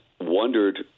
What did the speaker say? wondered